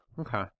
Okay